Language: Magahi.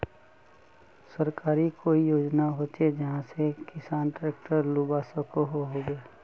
सरकारी कोई योजना होचे जहा से किसान ट्रैक्टर लुबा सकोहो होबे?